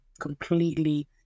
completely